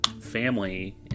family